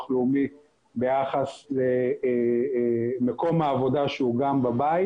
לאומי ביחס למקום העבודה שהוא גם בבית.